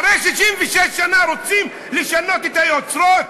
אחרי 66 שנה רוצים לשנות את היוצרות?